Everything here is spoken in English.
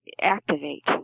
activate